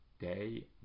Day